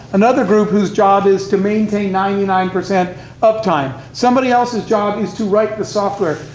another group whose job is to maintain ninety nine percent uptime. somebody else's job is to write the software.